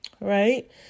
right